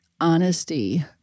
honesty